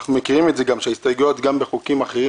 אנחנו מכירים את זה גם מהסתייגויות בחוקים אחרים